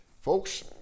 Folks